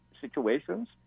situations